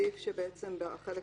בצבע.